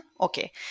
Okay